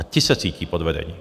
Ti se cítí podvedení.